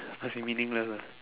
must be meaningless ah